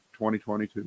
2022